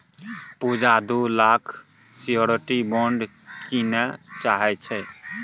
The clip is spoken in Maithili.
पुजा दु लाखक सियोरटी बॉण्ड कीनय चाहै छै